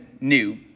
new